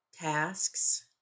tasks